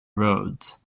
roads